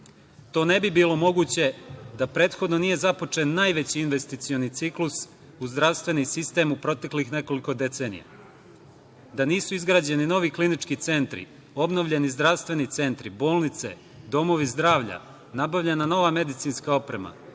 ne bi bilo moguće da prethodno nije započet najveći investicioni ciklus u zdravstveni sistem u proteklih nekoliko decenija, da nisu izgrađeni novi klinički centri, obnovljeni zdravstveni centri, bolnice, domovi zdravlja, nabavljena nova medicinska oprema,